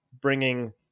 bringing